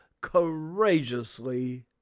courageously